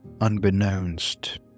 Unbeknownst